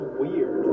weird